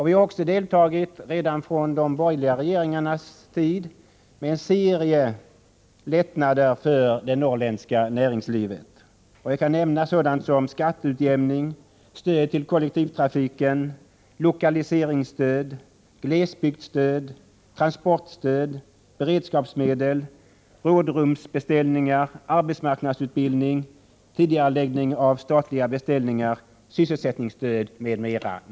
Vi har också medverkat, redan på de borgerliga regeringarnas tid, till en serie lättnader för det norrländska näringslivet. Jag kan nämna sådant som skatteutjämning, stöd till kollektivtrafiken, lokaliseringsstöd, glesbygdsstöd, transportstöd, beredskapsmedel, rådrumsbeställningar, arbetsmarknadsutbildning, tidigareläggning av statliga beställningar, sysselsättningsstöd m.m.